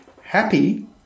happy